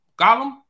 Golem